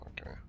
okay